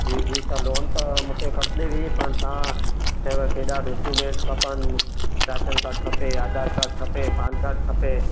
जी जी त लोन त मूंखे खपंदी हुई पर तव्हां चयव केॾा डॉक्यूमेंट खपनि राशन कार्ड खपे आधार कार्ड खपे पान कार्ड खपे